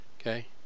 Okay